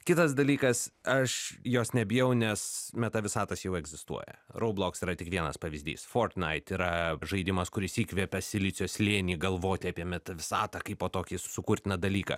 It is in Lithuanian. kitas dalykas aš jos nebijau nes meta visatos jau egzistuoja raubloks yra tik vienas pavyzdys fortnait yra žaidimas kuris įkvepia silicio slėnį galvoti apie meta visatą kaipo tokį sukurtiną dalyką